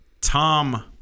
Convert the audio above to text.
Tom